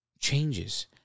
changes